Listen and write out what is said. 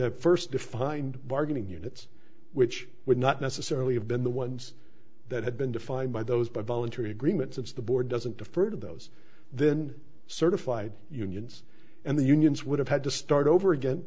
have first defined bargaining units which would not necessarily have been the ones that had been defined by those by voluntary agreement since the board doesn't approve of those then certified unions and the unions would have had to start over again